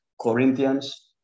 Corinthians